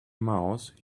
mouse